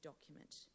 document